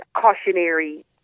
cautionary